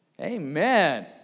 Amen